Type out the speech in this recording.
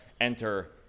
enter